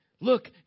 look